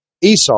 Esau